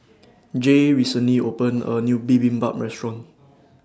Jaye recently opened A New Bibimbap Restaurant